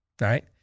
right